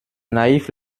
naïfs